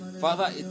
Father